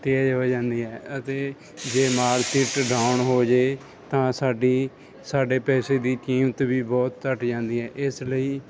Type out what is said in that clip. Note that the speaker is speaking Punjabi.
ਤੇਜ਼ ਹੋ ਜਾਂਦੀ ਹੈ ਅਤੇ ਜੇ ਮਾਰਕੀਟ ਡਾਊਨ ਹੋਜੇ ਤਾਂ ਸਾਡੀ ਸਾਡੇ ਪੈਸੇ ਦੀ ਕੀਮਤ ਵੀ ਬਹੁਤ ਘੱਟ ਜਾਂਦੀ ਹੈ ਇਸ ਲਈ